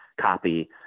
copy